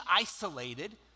isolated